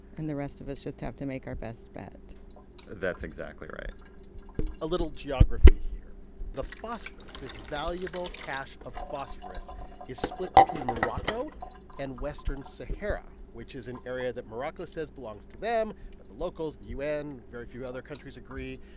and the rest of us just have to make our best bet that's exactly right a little geography here the phosphorus this valuable cache of phosphorus is split between morocco and western sahara, which is an area that morocco says belongs to them. but the locals, the u n, very few other countries agree.